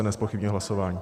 Nezpochybňuji hlasování.